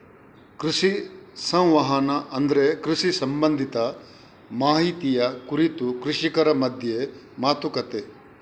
ಕೃಷಿ ಸಂವಹನ ಅಂದ್ರೆ ಕೃಷಿ ಸಂಬಂಧಿತ ಮಾಹಿತಿಯ ಕುರಿತು ಕೃಷಿಕರ ಮಧ್ಯ ಮಾತುಕತೆ